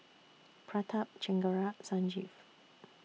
Pratap Chengara Sanjeev